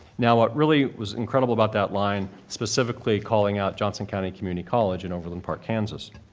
now, what really was incredible about that line specifically calling out johnson county community college in overland park, kansas.